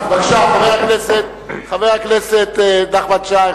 בבקשה, חבר הכנסת נחמן שי.